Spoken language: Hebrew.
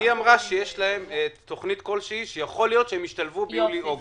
היא אמרה שיש להם תכנית כלשהי שיכול להיות שהם ישתלבו ביולי אוגוסט.